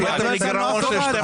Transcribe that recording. הבאתם לגירעון של 12 אחוזים.